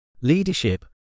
Leadership